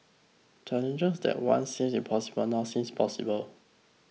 challenges that once seemed impossible now seems possible